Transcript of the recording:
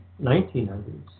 1900s